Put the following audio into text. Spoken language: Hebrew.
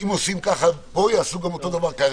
שאם עושים ככה פה, יעשו אותו דבר גם פה.